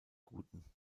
guten